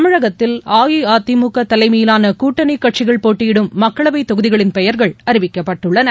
தமிழகத்தில் அஇஅதிமுகதலைமையிலானகூட்டணிகட்சிகள் போட்டியிடும் மக்களவைதொகுதிகளின் பெயர்கள் அறிவிக்கப் பட்டுள்ளன